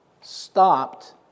stopped